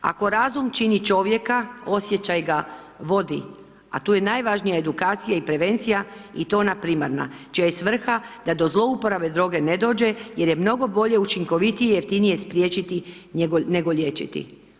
Ako razum čini čovjeka, osjećaj ga vodi da tu je najvažnija edukacija i prevencija i to ona primarna čija je svrha da do zlouporabe droge ne dođe jer je mnogo bolje, učinkovitije, jeftinije spriječiti nego liječiti.